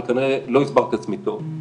אבל כנראה לא הסברתי את עצמי טוב,